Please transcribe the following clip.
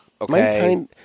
Okay